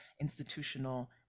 institutional